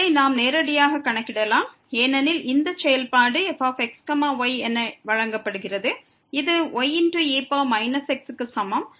இதை நாம் நேரடியாகக் கணக்கிடலாம் ஏனெனில் இந்த செயல்பாடு fx y என வழங்கப்படுகிறது இது y e x க்கு சமம்